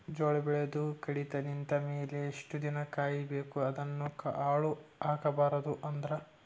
ಜೋಳ ಬೆಳೆದು ಕಡಿತ ನಿಂತ ಮೇಲೆ ಎಷ್ಟು ದಿನ ಕಾಯಿ ಬೇಕು ಅದನ್ನು ಹಾಳು ಆಗಬಾರದು ಅಂದ್ರ?